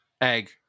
Egg